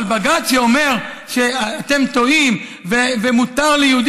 אבל בג"ץ שאומר שאתם טועים ומותר ליהודי